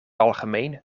algemeen